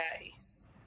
case